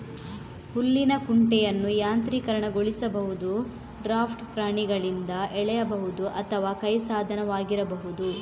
ಹುಲ್ಲಿನ ಕುಂಟೆಯನ್ನು ಯಾಂತ್ರೀಕೃತಗೊಳಿಸಬಹುದು, ಡ್ರಾಫ್ಟ್ ಪ್ರಾಣಿಗಳಿಂದ ಎಳೆಯಬಹುದು ಅಥವಾ ಕೈ ಸಾಧನವಾಗಿರಬಹುದು